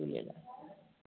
Jhulelal